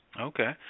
Okay